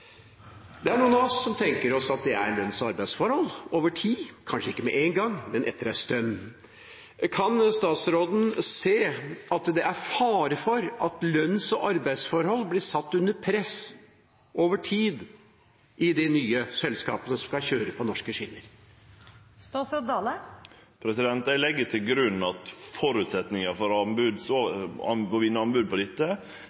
Det er noen av oss som tenker at det er lønns- og arbeidsforhold – over tid, kanskje ikke med én gang, men etter en stund. Kan statsråden se at det er fare for at lønns- og arbeidsforhold blir satt under press over tid i de nye selskapene som skal kjøre på norske skinner? Eg legg til grunn at føresetnaden for